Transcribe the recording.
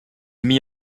mit